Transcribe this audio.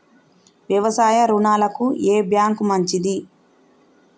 వ్యవసాయ రుణాలకు ఏ బ్యాంక్ మంచిది?